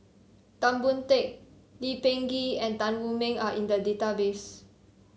Tan Boon Teik Lee Peh Gee and Tan Wu Meng are in the database